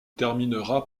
terminera